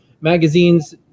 magazines